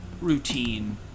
routine